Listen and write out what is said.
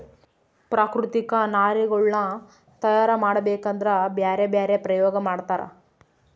ಪ್ರಾಕೃತಿಕ ನಾರಿನಗುಳ್ನ ತಯಾರ ಮಾಡಬೇಕದ್ರಾ ಬ್ಯರೆ ಬ್ಯರೆ ಪ್ರಯೋಗ ಮಾಡ್ತರ